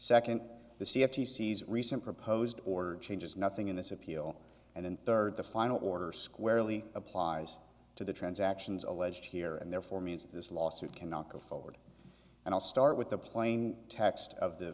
second the see if he sees recent proposed order changes nothing in this appeal and then third the final order squarely applies to the transactions alleged here and therefore means this lawsuit cannot go forward and i'll start with the playing text of the